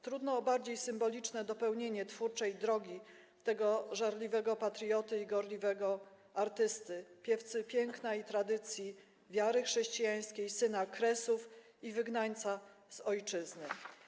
Trudno o bardziej symboliczne dopełnienie twórczej drogi tego żarliwego patrioty i gorliwego artysty, piewcy piękna i tradycji wiary chrześcijańskiej, syna Kresów i wygnańca z ojczyzny.